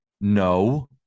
No